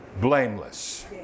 blameless